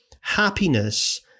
happiness